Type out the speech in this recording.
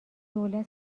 دولت